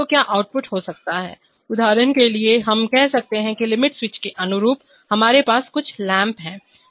तो क्या आउटपुट हो सकता है उदाहरण के लिए हम कह सकते हैं कि लिमिट स्विच के अनुरूप हमारे पास कुछ लैंप हैं